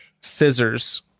Scissors